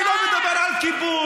אני לא מדבר על כיבוש,